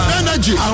energy